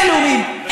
אלה לאומיים,